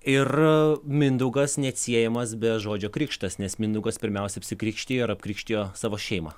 ir mindaugas neatsiejamas be žodžio krikštas nes mindaugas pirmiausia apsikrikštijo ir apkrikštijo savo šeimą